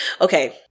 Okay